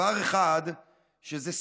דבר אחד שזה ספין,